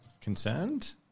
concerned